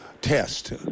test